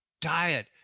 Diet